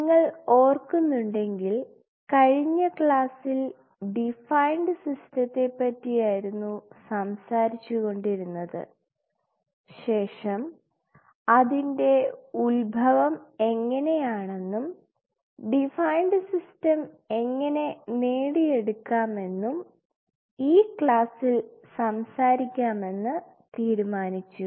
നിങ്ങൾ ഓർക്കുന്നുണ്ടെങ്കിൽ കഴിഞ്ഞ ക്ലാസ്സിൽ ഡിഫൈൻഡ് സിസ്റ്റത്തെ പറ്റിയായിരുന്നു സംസാരിച്ചുകൊണ്ടിരുന്നത് ശേഷം അതിൻറെ ഉത്ഭവം എങ്ങനെയാണെന്നും ഡിഫൈൻഡ് സിസ്റ്റം എങ്ങനെ നേടിയെടുക്കാം എന്നും ഈ ക്ലാസ്സിൽ സംസാരിക്കാമെന്ന് തീരുമാനിച്ചു